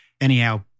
Anyhow